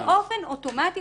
באופן אוטומטי.